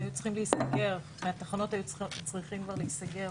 שחלק מהתחנות היו צריכות להיסגר